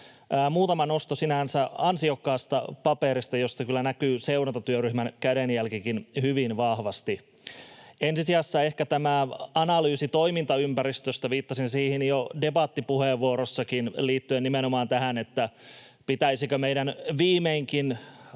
muutama nosto sinänsä ansiokkaasta paperista, josta kyllä näkyy seurantatyöryhmän kädenjälkikin hyvin vahvasti. Ensi sijassa ehkä tämä analyysi toimintaympäristöstä. Viittasin siihen jo debattipuheenvuorossakin liittyen nimenomaan tähän, pitäisikö meidän viimeinkin